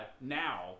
now